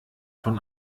von